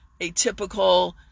atypical